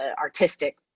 artistic